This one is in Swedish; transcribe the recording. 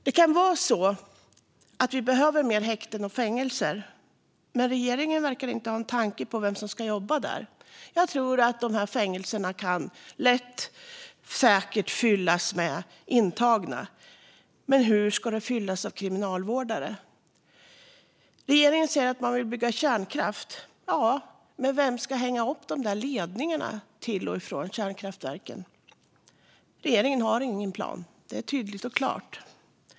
Det kan vara så att vi behöver fler häkten och fängelser, men regeringen verkar inte ha en tanke på vem som ska jobba där. Fängelserna kan säkert lätt fyllas med intagna, men hur ska de fyllas med kriminalvårdare? Regeringen säger att man vill bygga kärnkraft. Ja, men vem ska hänga upp ledningarna till och från kärnkraftverken? Regeringen har ingen plan. Det är tydligt och klart.